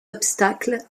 obstacle